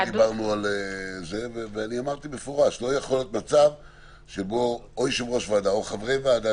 אמרתי במפורש שלא יכול להיות מצב שיושב-ראש ועדה או חברי ועדה,